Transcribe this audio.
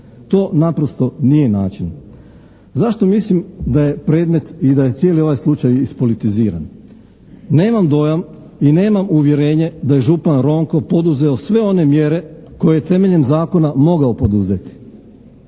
To naprosto nije način. Zašto mislim da je predmet i da je cijeli ovaj slučaj ispolitiziran? Nemam dojam i nemam uvjerenje da je župan Ronko poduzeo sve one mjere koje je temeljem zakona mogao poduzeti.